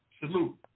Salute